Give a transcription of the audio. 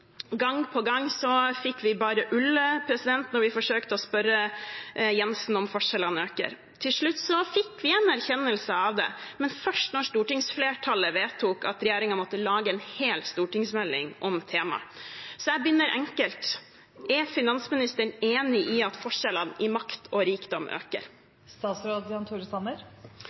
Gang på gang fikk vi bare ull når vi forsøkte å spørre Siv Jensen om forskjellene øker. Til slutt fikk vi en erkjennelse av det, men først da stortingsflertallet vedtok at regjeringen måtte lage en hel stortingsmelding om temaet. Så jeg begynner enkelt: Er finansministeren enig i at forskjellene i makt og rikdom